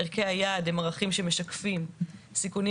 ערכי היעד הם ערכים שמשקפים סיכונים